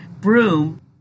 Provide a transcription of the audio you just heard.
broom